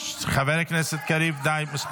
--- חבר הכנסת קריב, די.